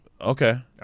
Okay